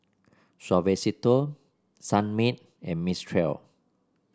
Suavecito Sunmaid and Mistral